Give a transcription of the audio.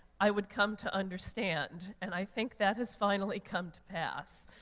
i would come to understand. and i think that has finally come to pass.